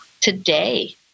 today